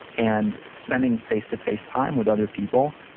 and spending face-to-face time with other people,